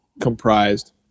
comprised